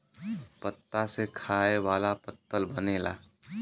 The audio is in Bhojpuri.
पत्ता से खाए वाला पत्तल बनेला